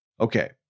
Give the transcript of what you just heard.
Okay